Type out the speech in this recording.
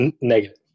Negative